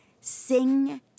sing